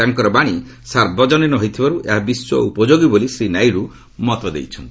ତାଙ୍କର ବାଶୀ ସାର୍ବଜନୀନ ହୋଇଥିବାରୁ ଏହା ବିଶ୍ୱ ଉପଯୋଗୀ ବୋଲି ଶ୍ରୀ ନାଇଡ଼ ମତ ଦେଇଛନ୍ତି